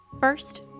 First